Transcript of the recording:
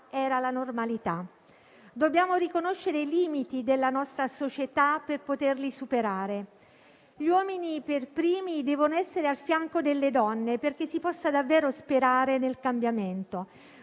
era la normalità. Dobbiamo riconoscere i limiti della nostra società per poterli superare. Gli uomini per primi devono essere al fianco delle donne perché si possa davvero sperare nel cambiamento.